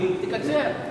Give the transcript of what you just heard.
תקצר.